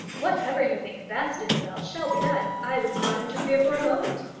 whatever you think best, isabel, shall be done. i would not interfere for a moment.